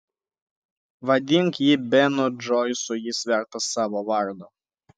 vadink jį benu džoisu jis vertas savo vardo